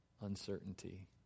uncertainty